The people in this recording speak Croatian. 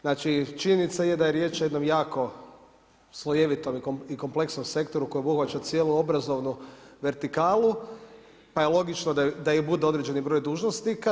Znači činjenica je da je riječ o jednom jako slojevitom i kompleksnom sektoru koji obuhvaća cijelu obrazovnu vertikalu, pa je logično da i bude određeni broj dužnosnika.